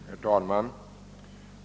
Herr talman!